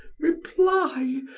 reply!